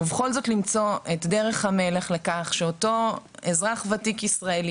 אבל בכל זאת למצוא את דרך המלך לכך שאותו אזרח ישראלי